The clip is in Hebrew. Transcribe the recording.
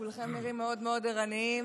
כולכם נראים מאוד מאוד ערניים.